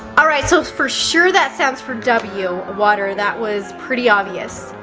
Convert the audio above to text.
alright, so for sure, that stands for w, water. that was pretty obvious.